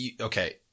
okay